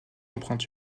empreinte